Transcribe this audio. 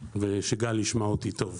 ושגל ישמע אותי טוב.